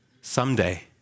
Someday